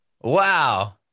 Wow